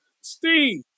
Steve